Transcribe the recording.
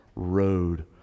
Road